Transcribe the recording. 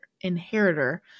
inheritor